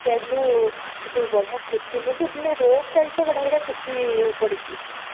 ଯାଇଥିଲୁ ସେଠୁ ବଢ଼ିଆ କୁର୍ତ୍ତୀ ନୁହଁ କି ମାନେ ରୋଡ଼୍ ସାଇଡ଼ରେ ବଢ଼ିଆ ବଢ଼ିଆ କୁର୍ତ୍ତୀ ପଡ଼ିଛି